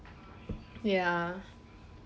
ya